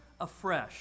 afresh